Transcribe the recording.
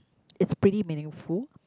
it's pretty meaningful